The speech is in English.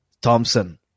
thompson